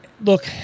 look